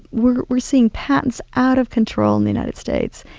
we're we're seeing patents out of control in the united states.